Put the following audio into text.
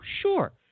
Sure